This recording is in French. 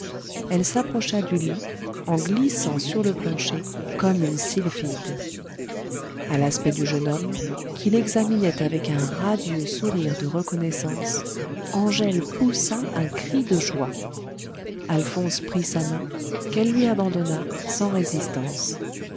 elle s'approcha du lit en glissant sur le plancher comme une sylphide a l'aspect du jeune homme qui l'examinait avec un radieux sourire de reconnaissance angèle poussa un cri de joie alphonse prit sa main qu'elle lui abandonna sans résistance